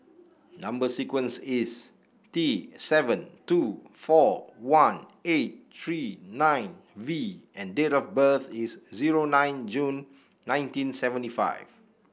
number sequence is T seven two four one eight three nine V and date of birth is zero nine June nineteen seventy five